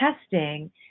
testing